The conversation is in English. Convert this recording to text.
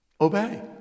obey